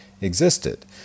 existed